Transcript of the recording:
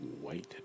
white